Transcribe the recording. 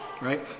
right